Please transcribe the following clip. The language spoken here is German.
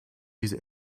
dieser